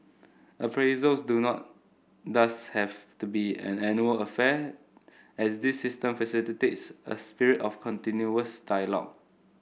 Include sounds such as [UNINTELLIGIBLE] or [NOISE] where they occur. appraisals do not thus have to be an annual affair as this system [UNINTELLIGIBLE] a spirit of continuous dialogue